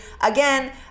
again